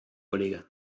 kollege